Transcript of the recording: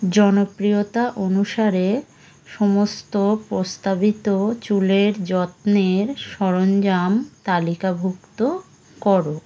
জনপ্রিয়তা অনুসারে সমস্ত প্রস্তাবিত চুলের যত্নের সরঞ্জাম তালিকাভুক্ত করো